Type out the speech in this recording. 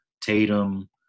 Tatum